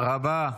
תודה רבה.